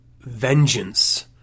vengeance